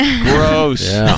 Gross